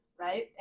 right